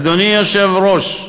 אדוני היושב-ראש,